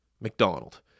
mcdonald